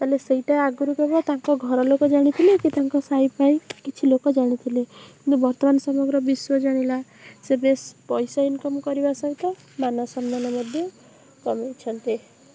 ତାହେଲେ ସେଇଟା ଆଗରୁ କେବଳ ତାଙ୍କ ଘର ଲୋକ ଜାଣିଥିଲେ କି ତାଙ୍କ ସାହି ଭାଇ କିଛି ଲୋକ ଜାଣିଥିଲେ କିନ୍ତୁ ବର୍ତ୍ତମାନ ସମଗ୍ର ବିଶ୍ୱ ଜାଣିଲା ସେ ବେଶ୍ ପଇସା ଇନକମ୍ କରିବା ସହିତ ମାନସମ୍ମାନ ମଧ୍ୟ କମେଇଛନ୍ତି